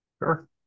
Sure